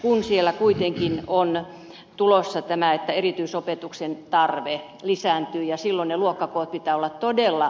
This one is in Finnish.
kun siellä kuitenkin on näin tulossa tämä erityisopetuksen tarve lisääntyy ja sillä ne luokat voi pitää olla todella